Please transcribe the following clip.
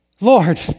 Lord